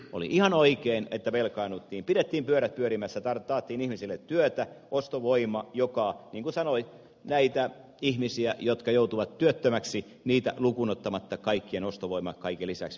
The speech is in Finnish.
oli ihan oikein että velkaannuttiin pidettiin pyörät pyörimässä taattiin ihmisille työtä ostovoima ja niin kuin sanoin lukuun ottamatta näitä ihmisiä jotka joutuvat työttömäksi kaikkien ostovoima kaiken lisäksi vielä kasvoi